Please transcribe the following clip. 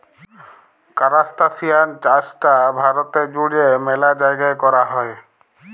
কারাস্তাসিয়ান চাইশটা ভারতে জুইড়ে ম্যালা জাইগাই কৈরা হই